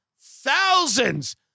Thousands